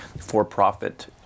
for-profit